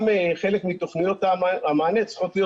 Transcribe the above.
גם חלק מתוכניות המענה צריכות להיות